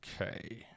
okay